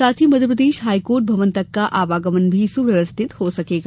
साथ ही मध्यप्रदेश हाईकोर्ट भवन तक का आवागमन भी सुव्यवस्थित हो सकेगा